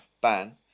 ban